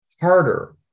harder